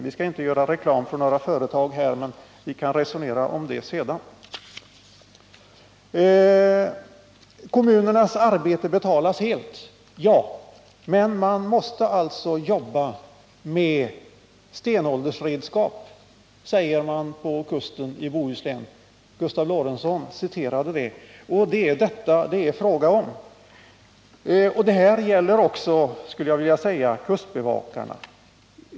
Vi skall inte göra reklam för några företag här, men vi kan resonera om det sedan. Kommunernas arbete betalas helt. Ja, men man måste alltså jobba med stenåldersredskap, säger man på kusten i Bohuslän. Gustav Lorentzon citerade det, och det är vad det är fråga om. Detta gäller också kustbevakarna.